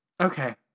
Okay